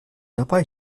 dabei